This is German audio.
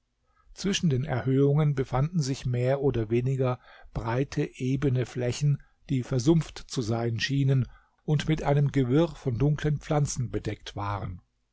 zwischen den erhöhungen befanden sich mehr oder weniger breite ebene flächen die versumpft zu sein schienen und mit einem gewirr von dunkeln pflanzen bedeckt waren